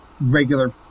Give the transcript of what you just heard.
regular